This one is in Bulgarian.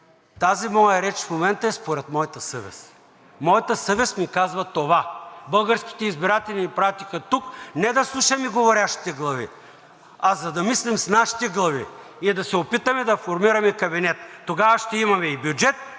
Тази моя реч в момента е според моята съвест. Моята съвест ми казва това. Българските избиратели ни пратиха тук не да слушаме говорящите глави, а за да мислим с нашите глави и да се опитаме да формираме кабинет. Тогава ще имаме и бюджет,